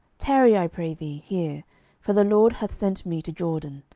tarry, i pray thee, here for the lord hath sent me to jordan.